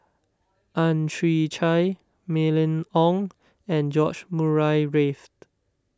Ang Chwee Chai Mylene Ong and George Murray Reith